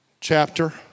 Chapter